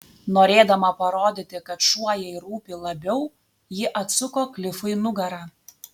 norėdama parodyti kad šuo jai rūpi labiau ji atsuko klifui nugarą